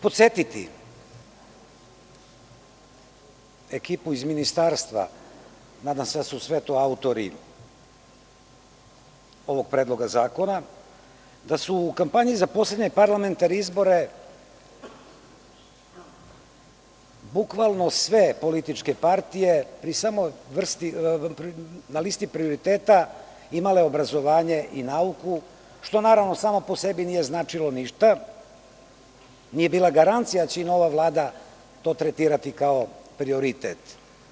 Podsetiću ekipu iz ministarstva, nadam se da su to sve autori ovog predloga zakona, da su u kampanji za poslednje parlamentarne izbore bukvalno sve političke partije na listi prioriteta imali obrazovanje i nauku, što samo po sebi nije značilo ništa, nije bila garancija da će i nova Vlada to tretirati kao prioritet.